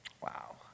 Wow